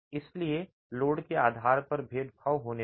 इसलिए लोड के आधार पर भेदभाव होने लगा